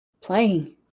playing